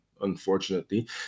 unfortunately